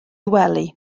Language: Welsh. wely